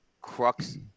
Crux